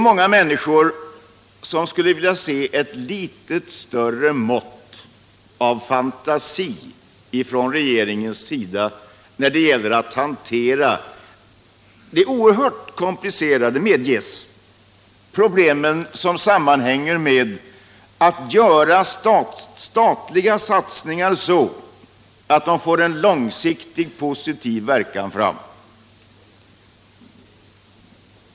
Många människor skulle vilja se ett litet större mått av fantasi från regeringens sida när det gäller att hantera de oerhört komplicerade problem som sammanhänger med att statliga satsningar görs så att de får en långsiktig positiv verkan.